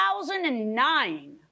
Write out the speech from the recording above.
2009